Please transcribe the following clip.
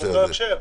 זה באותו הקשר.